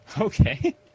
Okay